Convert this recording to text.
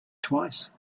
twice